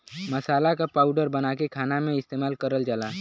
मसाला क पाउडर बनाके खाना में इस्तेमाल करल जाला